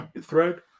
thread